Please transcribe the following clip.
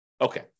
Okay